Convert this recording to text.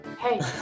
Hey